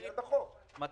ב-2016.